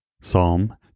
Psalm